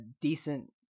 decent